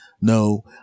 no